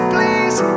Please